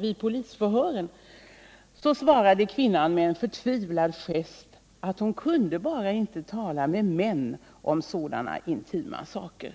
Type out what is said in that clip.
vid polisförhören, svarade kvinnan med en förtvivlad gest att hon kunde bara inte tala med män om sådana intima saker.